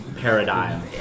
paradigm